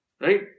Right